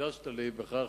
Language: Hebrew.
חידשת לי בכך